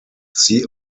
see